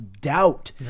doubt